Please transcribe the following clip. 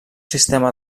sistema